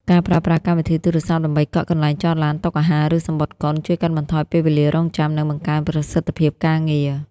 ការប្រើប្រាស់កម្មវិធីទូរស័ព្ទដើម្បីកក់កន្លែងចតឡាន តុអាហារ ឬសំបុត្រកុន ជួយកាត់បន្ថយពេលវេលារង់ចាំ និងបង្កើនប្រសិទ្ធភាពការងារ។